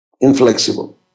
inflexible